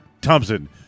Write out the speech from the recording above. Thompson